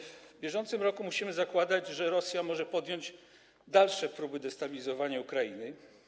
W bieżącym roku musimy zakładać, że Rosja może podjąć dalsze próby destabilizowania Ukrainy.